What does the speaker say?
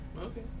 Okay